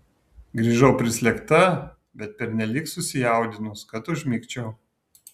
grįžau prislėgta bet pernelyg susijaudinus kad užmigčiau